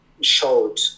showed